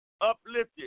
uplifted